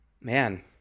Man